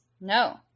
no